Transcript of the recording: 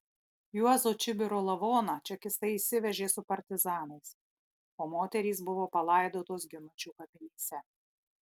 juozo čibiro lavoną čekistai išsivežė su partizanais o moterys buvo palaidotos ginučių kapinėse